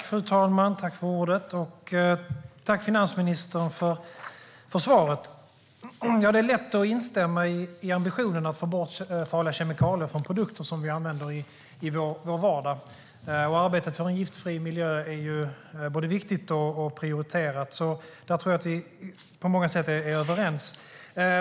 Fru talman! Jag tackar finansministern för svaret. Det är lätt att instämma i ambitionen att få bort farliga kemikalier från produkter som vi använder i vår vardag. Arbetet för en giftfri miljö är både viktigt och prioriterat. Där tror jag att vi på många sätt är överens.